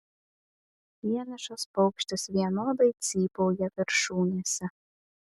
vienišas paukštis vienodai cypauja viršūnėse